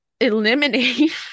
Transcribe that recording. eliminate